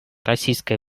российской